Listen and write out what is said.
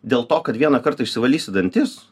dėl to kad vieną kartą išsivalysi dantis